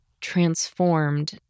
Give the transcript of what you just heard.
transformed